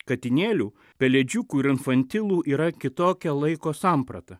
katinėlių pelėdžiukų ir infantilų yra kitokia laiko samprata